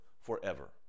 forever